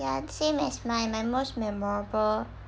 ya same as my my most memorable